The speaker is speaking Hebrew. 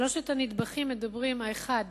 שלושת הנדבכים מדברים, האחד